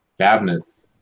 cabinets